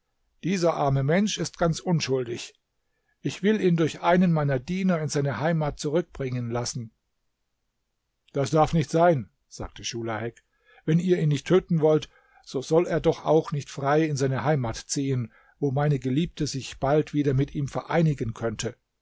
dieser arme mensch ist ganz unschuldig ich will ihn durch einen meiner diener in seine heimat zurückbringen lassen das darf nicht sein sagte schulahek wenn ihr ihn nicht töten wollt so soll er doch auch nicht frei in seine heimat ziehen wo meine geliebte sich bald wieder mit ihm vereinigen könnte